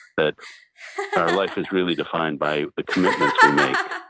that our life is really defined by the commitments we make.